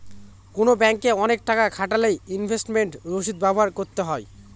কোনো ব্যাঙ্কে অনেক টাকা খাটালে ইনভেস্টমেন্ট রসিদ ব্যবহার করতে হয়